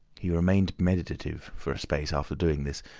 he remained meditative for a space after doing this,